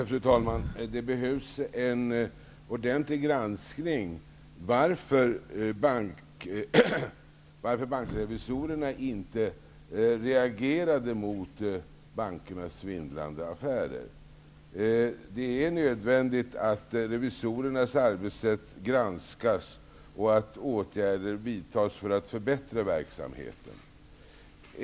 Fru talman! Det behövs en ordentlig granskning av varför bankrevisorerna inte reagerade mot bankernas svindlande affärer. Det är nödvändigt att revisorernas arbetssätt granskas och att åtgärder vidtas för att förbättra verksamheten.